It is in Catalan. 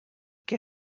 que